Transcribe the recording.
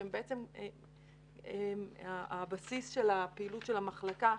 שהם בעצם הבסיס של פעילות המחלקה.